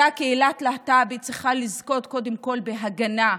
אותה קהילת להט"ב צריכה לזכות קודם כול בהגנה,